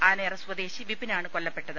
ആനയറ സ്വദേശി വിപിനാണ് കൊല്ലപ്പെട്ടത്